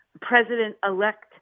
president-elect